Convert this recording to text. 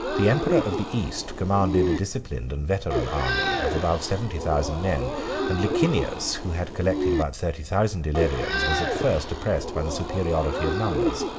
the emperor of the east commanded a disciplined and veteran army of above seventy thousand men and licinius, who had collected about thirty thousand illyrians, was at first oppressed by the superiority of numbers.